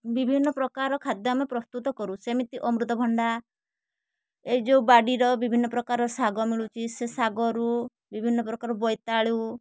ବିଭିନ୍ନ ପ୍ରକାର ଖାଦ୍ୟ ଆମେ ପ୍ରସ୍ତୁତ କରୁ ସେମିତି ଅମୃତଭଣ୍ଡା ଏଇ ଯେଉଁ ବାଡ଼ିର ବିଭିନ୍ନ ପ୍ରକାର ଶାଗ ମିଳୁଛି ସେ ଶାଗରୁ ବିଭିନ୍ନ ପ୍ରକାର ବୋଇତାଳୁ